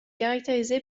caractérisé